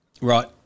Right